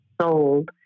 sold